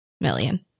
million